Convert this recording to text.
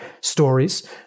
stories